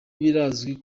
birazwi